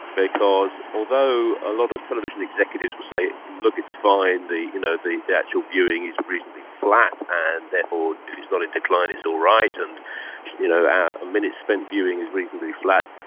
because although a lot of television executives will say, look, it's fine, the you know the actual viewing is reasonably flat and therefore if it's not in decline it's all right, and you know a minute spent viewing is reasonably flat.